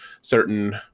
certain